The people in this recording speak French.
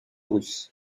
russe